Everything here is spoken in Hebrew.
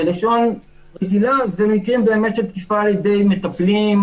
בלשון רגילה זה מקרים של תקיפה על ידי מטפלים,